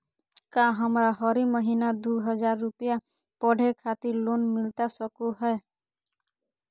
का हमरा हरी महीना दू हज़ार रुपया पढ़े खातिर लोन मिलता सको है?